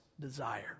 desire